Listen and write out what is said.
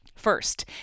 First